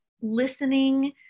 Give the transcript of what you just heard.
listening